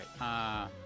Right